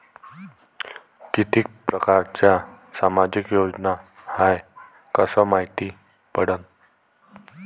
कितीक परकारच्या सामाजिक योजना हाय कस मायती पडन?